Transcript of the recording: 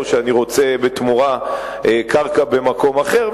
או: אני רוצה בתמורה קרקע במקום אחר,